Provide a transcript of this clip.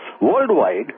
worldwide